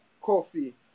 Coffee